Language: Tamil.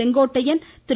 செங்கோட்டையன் திரு